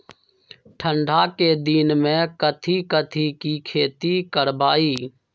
ठंडा के दिन में कथी कथी की खेती करवाई?